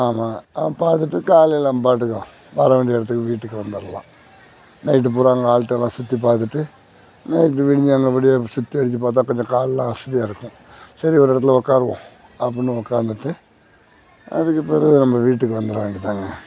ஆமாம் ஆ பார்த்துட்டு காலையில நம்பாட்டுக்கும் வர வேண்டிய இடத்துக்கு வீட்டுக்கு வந்தடலாம் நைட்டு பூரா அங்கே ஆல்டெலாம் சுற்றி பார்த்துட்டு நைட் விடிஞ்சோடன விடிய சுத்தியடிச்சு பார்த்தா கொஞ்சம் கால்லாம் அசதியாக இருக்கும் சரி ஒரு இடத்துல உக்காருவோம் அப்படின்னு உக்காந்துட்டு அதுக்கு பிறகு நம்ம வீட்டுக்கு வந்துடுற வேண்டிய தாங்க